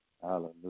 Hallelujah